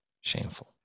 shameful